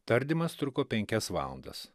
tardymas truko penkias valandas